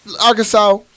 Arkansas